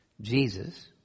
Jesus